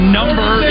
number